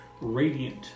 radiant